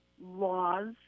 laws